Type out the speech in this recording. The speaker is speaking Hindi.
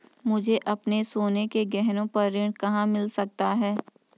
मुझे अपने सोने के गहनों पर ऋण कहाँ मिल सकता है?